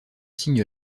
signe